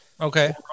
okay